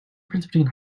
difference